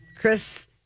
Chris